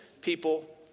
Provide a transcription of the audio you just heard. people